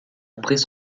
après